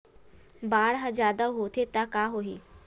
बाढ़ ह जादा होथे त का होही?